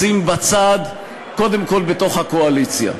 לשים בצד, קודם כול בתוך הקואליציה,